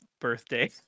birthday